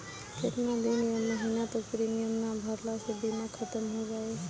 केतना दिन या महीना तक प्रीमियम ना भरला से बीमा ख़तम हो जायी?